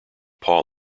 paw